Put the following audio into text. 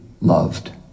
loved